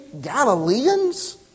Galileans